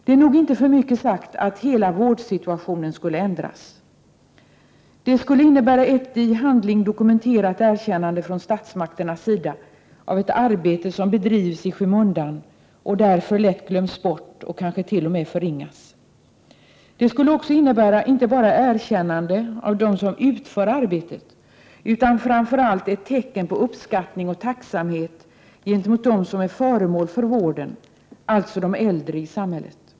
Det är nog inte för mycket sagt att hela vårdsituationen skulle ändras. Det skulle innebära ett i handling dokumenterat erkännande från statsmakternas sida av ett arbete som bedrivs i skymundan och därför lätt glöms bort, kanske t.o.m. förringas. Det skulle också innebära inte bara ett erkännande av dem som utför arbetet, utan framför allt ett tecken på uppskattning och tacksamhet gentemot dem som är föremål för vården, dvs. de äldre i samhället.